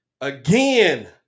again